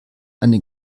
eine